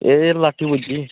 एह् लाट्ठी पुज्जी गे